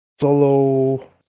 solo